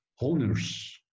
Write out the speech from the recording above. owner's